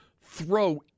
throw